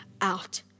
out